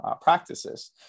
practices